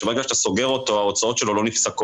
שברגע שאתה סוגר אותו ההוצאות שלו לא נפסקות,